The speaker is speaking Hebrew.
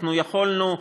אנחנו יכולנו,